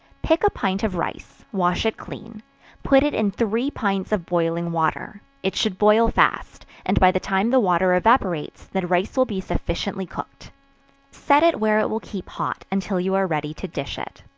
pick a pint of rice, wash it clean put it in three pints of boiling water it should boil fast, and by the time the water evaporates, the rice will be sufficiently cooked set it where it will keep hot, until you are ready to dish it.